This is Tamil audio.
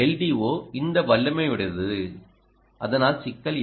LDO இந்த வல்லமையுடையது அதனால் சிக்கல் இல்லை